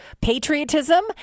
patriotism